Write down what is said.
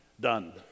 done